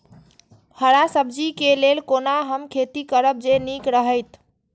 हरा सब्जी के लेल कोना हम खेती करब जे नीक रहैत?